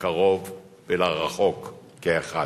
לקרוב ולרחוק כאחד.